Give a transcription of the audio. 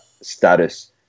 status